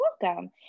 welcome